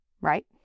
right